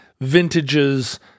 vintages